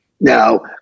Now